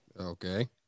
Okay